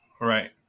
Right